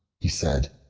he said,